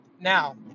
Now